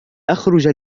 أخرج